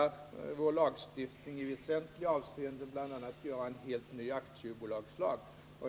avseenden ändra lagstiftningen, bl.a. införa en helt ny aktiebolagslag.